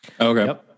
Okay